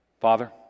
Father